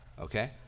okay